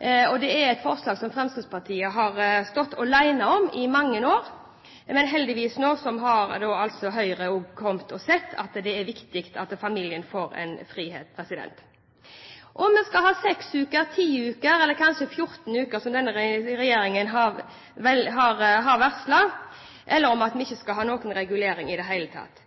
dag. Det er et forslag som Fremskrittspartiet har stått alene om i mange år, men heldigvis har Høyre sett at det er viktig at familiene får frihet til å velge om det skal være seks uker, ti uker eller kanskje 14 uker som skal være forbeholdt far, som regjeringen har varslet, eller ingen regulering i det hele tatt.